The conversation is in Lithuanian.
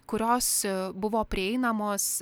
kurios buvo prieinamos